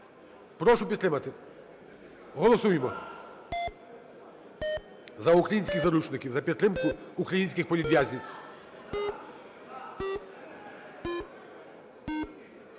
Прошу підтримати, голосуємо. За українських заручників, за підтримку українських політв'язнів.